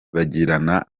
bagirana